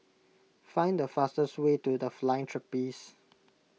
find the fastest way to the Flying Trapeze